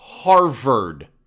Harvard